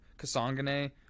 Kasangane